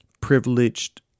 privileged